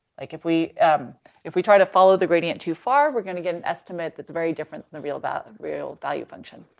like if we if we try to follow the gradient too far, we're going to get an estimate that's very different than the real va real value function.